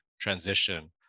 transition